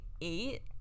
eight